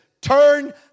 turn